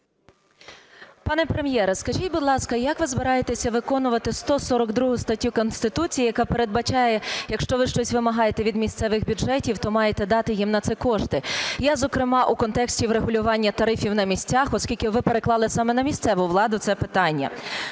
Пане Прем'єре, скажіть, будь ласка, як ви збираєтеся виконувати 142 статтю Конституції, яка передбачає, якщо ви щось вимагаєте від місцевих бюджетів, то маєте дати їм на це кошти? Я, зокрема, у контексті врегулювання тарифів на місцях, оскільки ви переклали саме на місцеву владу це питання.